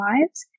lives